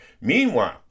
Meanwhile